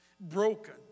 broken